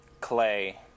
Clay